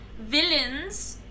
villains